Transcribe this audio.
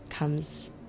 Comes